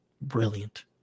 Brilliant